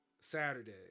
Saturday